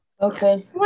okay